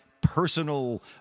personal